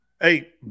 Hey